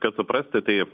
kad suprasti tai